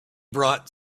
brought